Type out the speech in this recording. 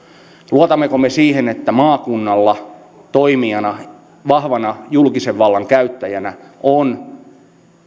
luotammeko me siihen että maakunnalla toimijana vahvana julkisen vallan käyttäjänä on